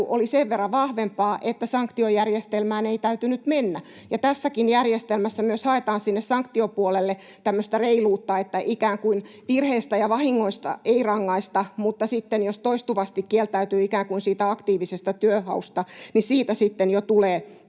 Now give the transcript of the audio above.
oli sen verran vahvempaa, että sanktiojärjestelmään ei täytynyt mennä. Tässäkin järjestelmässä haetaan myös sinne sanktiopuolelle tämmöistä reiluutta, että ikään kuin virheistä ja vahingoista ei rangaista, mutta sitten jos toistuvasti kieltäytyy ikään kuin siitä aktiivisesta työnhausta, niin siitä sitten jo tulee